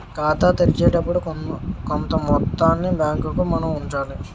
ఖాతా తెరిచేటప్పుడు కొంత మొత్తాన్ని బ్యాంకుకు మనం ఉంచాలి